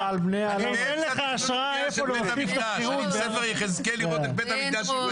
תומר רוזנר יגיד אותן.